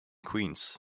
queens